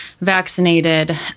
vaccinated